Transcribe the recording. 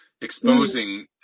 exposing